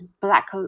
Black